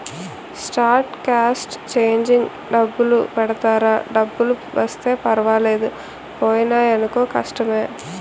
star cast changing డబ్బులు పెడతారా డబ్బులు వస్తే పర్వాలేదు పోయినాయనుకో కష్టమే